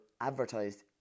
advertised